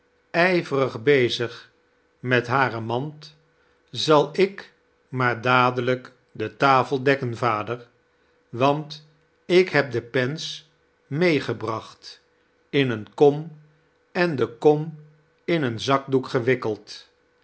ijverig bezig met hare mand zal ik maar dadelijk de tafel dekken vader want ik heb de pens meegebracht in eene kom en de kom in een zakdoek gewikkeld